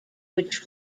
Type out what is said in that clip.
which